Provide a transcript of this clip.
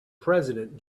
president